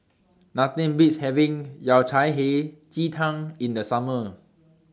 Nothing Beats having Yao Cai Hei Ji Tang in The Summer